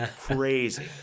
crazy